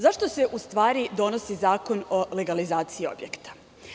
Zašto se u stvari donosi zakon o legalizaciji objekata?